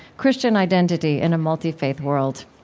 christian identity in a multi-faith world